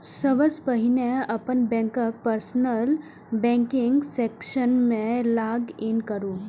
सबसं पहिने अपन बैंकक पर्सनल बैंकिंग सेक्शन मे लॉग इन करू